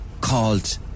called